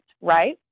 right